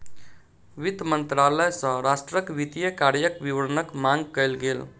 वित्त मंत्रालय सॅ राष्ट्रक वित्तीय कार्यक विवरणक मांग कयल गेल